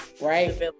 right